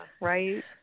right